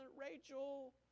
Rachel